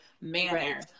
manner